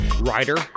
writer